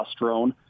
testosterone